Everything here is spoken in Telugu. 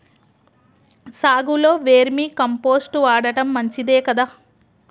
సాగులో వేర్మి కంపోస్ట్ వాడటం మంచిదే కదా?